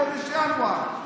חודש ינואר.